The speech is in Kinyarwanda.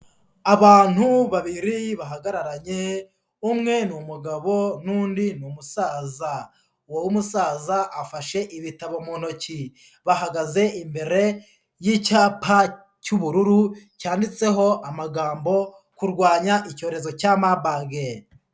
Abantu babiri bahagararanye umwe ni umugabo n'undi ni umusaza, uwo w'umusaza afashe ibitabo mu ntoki bahagaze imbere y'icyapa cy'ubururu cyanditseho amagambo kurwanya icyorezo cya Marburg.